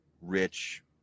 rich